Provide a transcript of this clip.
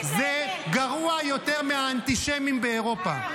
זה גרוע יותר מהאנטישמים באירופה.